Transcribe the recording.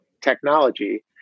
technology